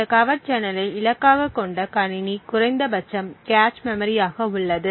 இந்த கவர்ட் சேனலை இலக்காகக் கொண்ட கணிணி குறைந்தபட்சம் கேச் மெமரி ஆக உள்ளது